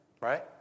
right